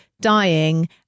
dying